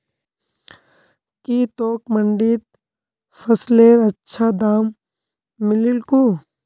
की तोक मंडीत फसलेर अच्छा दाम मिलील कु